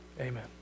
amen